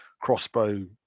crossbow